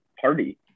party